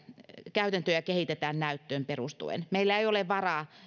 käytäntöjä kehitetään näyttöön perustuen meillä ei ole varaa